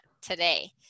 today